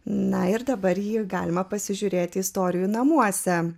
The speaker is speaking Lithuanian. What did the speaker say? na ir dabar jau galima pasižiūrėti istorijų namuose